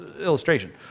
illustration